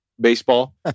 baseball